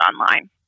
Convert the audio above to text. online